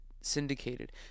syndicated